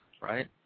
right